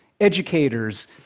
educators